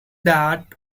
that